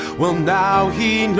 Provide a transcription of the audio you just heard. well, now he